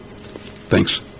Thanks